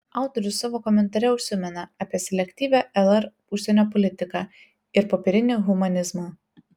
autorius savo komentare užsimena apie selektyvią lr užsienio politiką ir popierinį humanizmą